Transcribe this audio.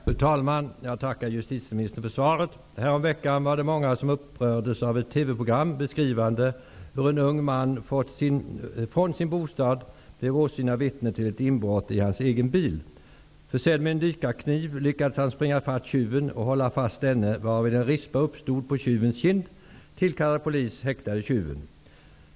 Fru talman! Jag tackar justitieministern för svaret. Häromveckan var det många som upprördes av ett TV-program, där det beskrevs hur en ung man från sin bostad hade blivit åsyna vittne till inbrott in hans egen bil. Försedd med en dykarkniv lyckades han springa ifatt tjuven och hålla fast denne, varvid en rispa uppstod på tjuvens kind. Tillkallad polis häktade tjuven.